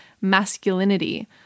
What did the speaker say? masculinity